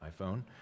iPhone